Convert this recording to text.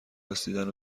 رسیدن